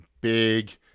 big